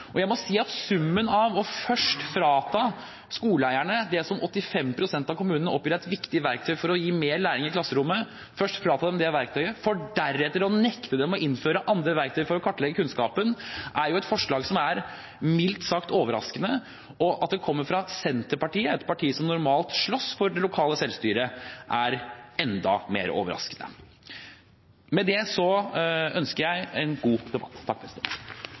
lokalsamfunn. Jeg må si at summen av først å frata skoleeierne det som 85 pst. av kommunene oppgir at er et viktig verktøy for å gi mer læring i klasserommet, for deretter å nekte dem å innføre andre verktøy for å kartlegge kunnskapen, gir et forslag som er mildt sagt overraskende. At det kommer fra Senterpartiet, et parti som normalt slåss for det lokale selvstyret, er enda mer overraskende. Med det ønsker jeg en god debatt.